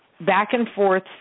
back-and-forth